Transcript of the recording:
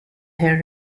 her